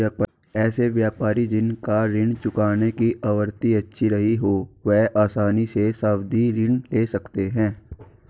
ऐसे व्यापारी जिन का ऋण चुकाने की आवृत्ति अच्छी रही हो वह आसानी से सावधि ऋण ले सकते हैं